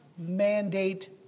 mandate